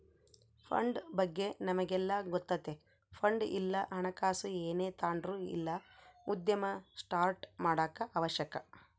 fund ಬಗ್ಗೆ ನಮಿಗೆಲ್ಲ ಗೊತ್ತತೆ ಫಂಡ್ ಇಲ್ಲ ಹಣಕಾಸು ಏನೇ ತಾಂಡ್ರು ಇಲ್ಲ ಉದ್ಯಮ ಸ್ಟಾರ್ಟ್ ಮಾಡಾಕ ಅವಶ್ಯಕ